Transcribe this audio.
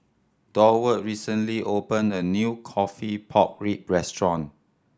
Durward recently opened a new coffee pork rib restaurant